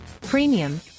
premium